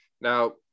Now